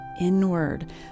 inward